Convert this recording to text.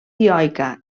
dioica